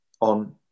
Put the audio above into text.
on